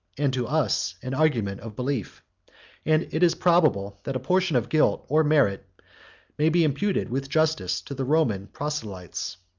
and to us an argument of belief and it is probable that a portion of guilt or merit may be imputed with justice to the roman proselytes.